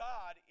God